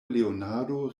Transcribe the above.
leonardo